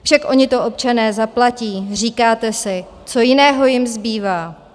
Však oni to občané zaplatí, říkáte si, co jiného jim zbývá.